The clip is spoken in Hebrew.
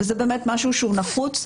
וזה באמת משהו שהוא נחוץ.